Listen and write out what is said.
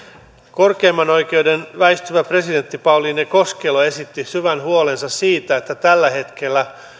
korkeimman oikeuden väistyvä presidentti pauliine koskelo esitti syvän huolensa siitä että tällä hetkellä